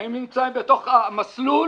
הם נמצאים בתוך מסלול